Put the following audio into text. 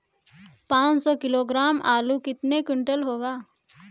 पाँच सौ किलोग्राम आलू कितने क्विंटल होगा?